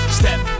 step